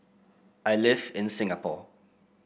I live in Singapore